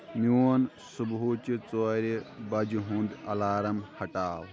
میون صبحٲچِہ ژورِ بجِہ ہُند الارام ہٹاو